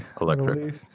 Electric